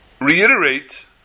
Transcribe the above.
reiterate